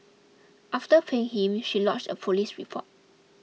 after paying him she lodged a police report